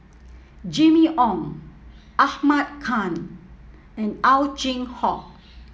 Jimmy Ong Ahmad Khan and Ow Chin Hock